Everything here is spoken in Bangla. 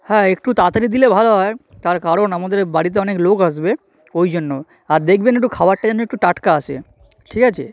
হ্যাঁ একটু তাড়াতাড়ি দিলে ভালো হয় তার কারণ আমাদের বাড়িতে অনেক লোক আসবে ওই জন্য আর দেখবেন একটু খাবারটা যেন একটু টাটকা আসে ঠিক আছে